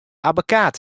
abbekaat